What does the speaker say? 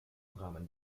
rahmen